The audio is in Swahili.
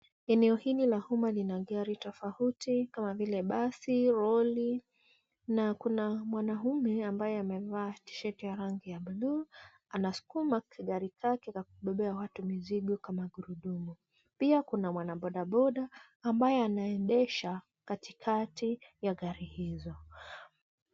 Eneo hili la umma lina gari tofauti kama vile basi, lori, na kuna mwanaume ambaye amevaa tisheti ya rangi ya blue anaskuma kagari kake ka kubebea watu mizigo kama gurudumu. Pia kuna mwanabodaboda ambaye anaendesha katikati ya gari hizo.